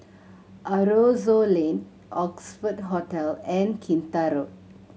Aroozoo Lane Oxford Hotel and Kinta Road